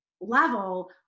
level